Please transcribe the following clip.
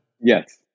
Yes